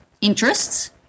interests